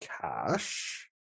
cash